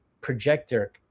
projector